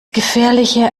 gefährliche